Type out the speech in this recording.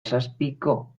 zazpiko